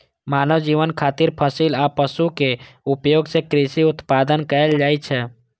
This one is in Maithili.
मानव जीवन खातिर फसिल आ पशुक उपयोग सं कृषि उत्पादन कैल जाइ छै